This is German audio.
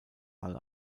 hall